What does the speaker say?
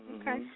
Okay